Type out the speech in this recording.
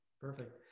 perfect